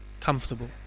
comfortable